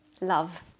love